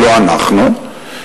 לא אנחנו.